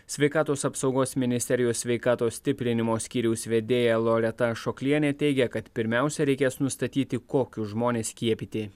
sveikatos apsaugos ministerijos sveikatos stiprinimo skyriaus vedėja loreta ašoklienė teigia kad pirmiausia reikės nustatyti kokius žmones skiepyti